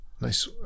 Nice